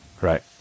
Right